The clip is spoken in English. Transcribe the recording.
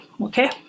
okay